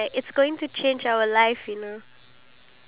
what's the next question on the card